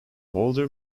holder